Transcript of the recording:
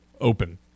open